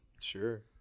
Sure